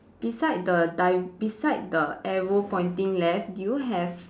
beside the di~ beside the arrow pointing left do you have